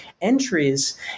entries